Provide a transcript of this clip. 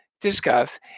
discuss